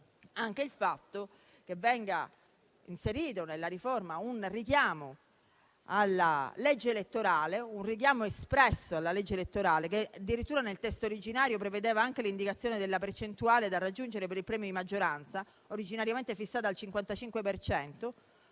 è il fatto che venga inserito nella riforma un richiamo espresso alla legge elettorale, che addirittura nel testo originario prevedeva anche l'indicazione della percentuale da raggiungere per il premio di maggioranza, originariamente fissata al 55